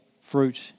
fruit